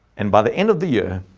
and by the end of the year,